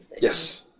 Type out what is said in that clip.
Yes